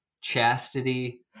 chastity